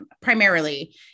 primarily